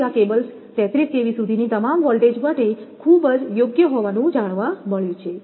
તેથી આ cables 33 kV સુધીની તમામ વોલ્ટેજ માટે ખૂબ જ યોગ્ય હોવાનું જાણવા મળ્યું છે